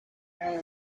very